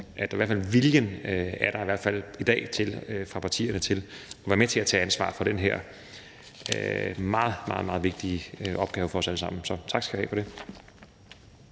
der i hvert fald er vilje i dag fra partierne til at være med til at tage ansvar for den her meget, meget vigtige opgave for os alle sammen. Så tak skal I have for det.